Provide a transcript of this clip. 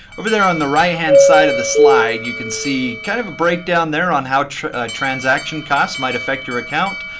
over there on the right hand side of the slide, you can see kind of a breakdown there on how each transaction costs might affect your account.